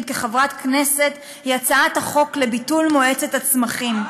כחברת הכנסת היא הצעת החוק לביטול מועצת הצמחים.